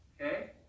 Okay